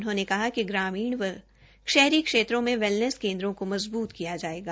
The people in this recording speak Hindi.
उन्होंने कहा कि ग्रामीण व शहरी क्षेत्रों में वेलनेस केन्द्रों को मज़बूत किया जायेगा